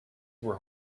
were